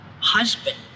husband